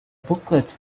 booklets